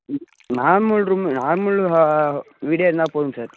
ம் normal room normal ஹா வீடே இருந்தால் போதும் சார்